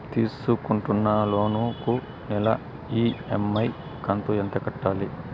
తీసుకుంటున్న లోను కు నెల ఇ.ఎం.ఐ కంతు ఎంత కట్టాలి?